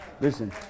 Listen